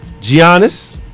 Giannis